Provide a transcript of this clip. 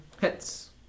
Hits